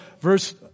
verse